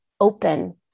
open